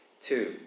Two